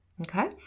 Okay